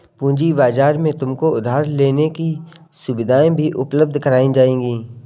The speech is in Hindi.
पूँजी बाजार में तुमको उधार लेने की सुविधाएं भी उपलब्ध कराई जाएंगी